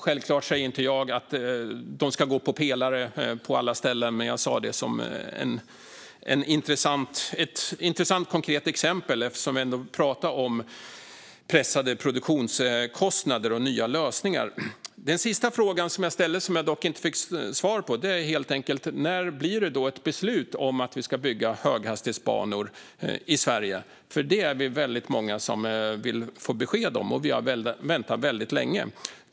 Självklart säger inte jag att de ska gå på pelare på alla ställen; jag sa det som ett intressant, konkret exempel eftersom vi ändå pratar om pressade produktionskostnader och nya lösningar. Den sista frågan, som jag inte fick något svar på, är helt enkelt: När blir det ett beslut om att vi ska bygga höghastighetsbanor i Sverige? Vi är väldigt många som vill få besked om det, och vi har väntat väldigt länge.